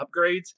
upgrades